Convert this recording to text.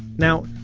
now,